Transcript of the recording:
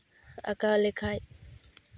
ᱟᱸᱠᱟᱣ ᱞᱮᱠᱷᱟᱡ